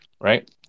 right